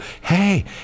hey